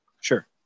Sure